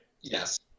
Yes